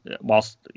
whilst